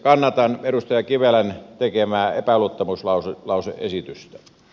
kannatan edustaja kivelän tekemää epäluottamuslause esitystä